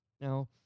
Now